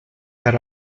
per